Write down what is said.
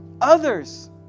others